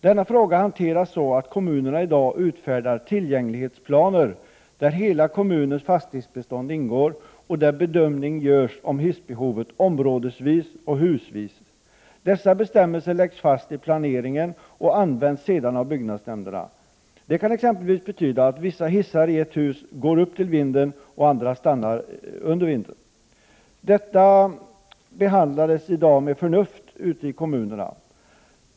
Denna fråga hanteras så, att kommunerna i dag utfärdar tillgänglighetsplaner, där hela kommunens fastighetsbestånd ingår och där bedömningar av hissbehovet görs områdesvis och husvis. Dessa bestämmelser läggs fast i planeringen och används sedan av byggnadsnämnderna. Det kan exempelvis betyda att vissa hissar i ett hus går ända upp till vinden, medan andra stannar längre ned. Dessa frågor behandlas i dag med förnuft ute i kommunerna.